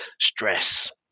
stress